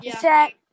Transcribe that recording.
set